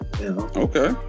Okay